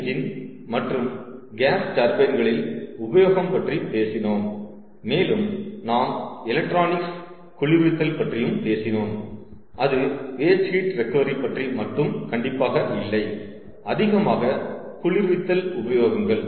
engine மற்றும் gas டர்பைன்களில் உபயோகம் பற்றி பேசினோம் மேலும் நாம் எலக்ட்ரானிக்ஸ் குளிர்வித்தல் பற்றியும் பேசினோம் அது வேஸ்ட் ஹீட் ரெகவரி பற்றி மட்டும் கண்டிப்பாக இல்லை அதிகமாக குளிர்வித்தல் உபயோகங்கள்